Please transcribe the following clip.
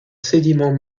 sédiments